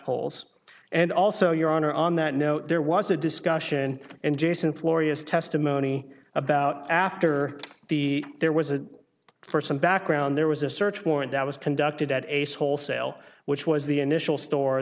holes and also your honor on that note there was a discussion and jason florrie is testimony about after the there was a first some background there was a search warrant that was conducted at ace wholesale which was the initial store